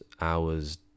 hours